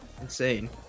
insane